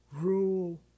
rule